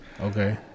Okay